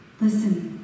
Listen